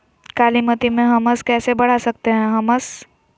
कालीमती में हमस कैसे बढ़ा सकते हैं हमस?